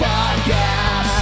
Podcast